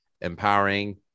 empowering